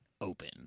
open